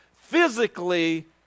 physically